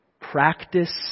Practice